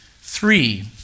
Three